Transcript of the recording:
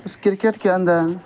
اس cricket کے اندر